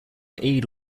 aid